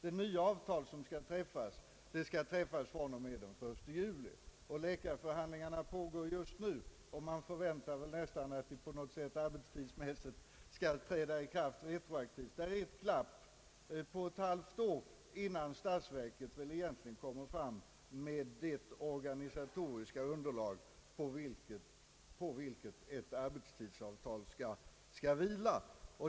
Det nya avtalet skall nämligen träffas från och med den 1 juli, och läkarförhandlingarna pågår just nu. Man förväntar väl nästan att dessa på något sätt arbetstidsmässigt skall träda i kraft retroaktivt från den 1 januari 1970. Det blir ett glapp på ett halvt år, innan statsverket kommer fram med det organisatoriska underlag på vilket ett arbetstidsavtal egentligen skall vila.